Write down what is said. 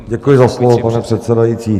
Děkuji za slovo, pane předsedající.